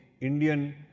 Indian